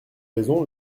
raisons